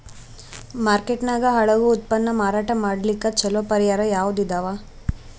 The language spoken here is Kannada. ಮಾರ್ಕೆಟ್ ನಾಗ ಹಾಳಾಗೋ ಉತ್ಪನ್ನ ಮಾರಾಟ ಮಾಡಲಿಕ್ಕ ಚಲೋ ಪರಿಹಾರ ಯಾವುದ್ ಇದಾವ?